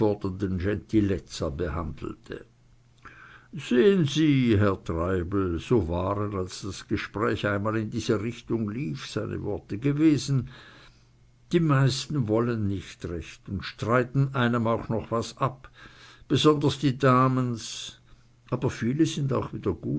behandelte sehen sie herr treibel so waren als das gespräch einmal in dieser richtung lief seine worte gewesen die meisten wollen nicht recht und streiten einem auch noch was ab besonders die damens aber viele sind auch wieder